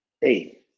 Hey